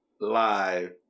live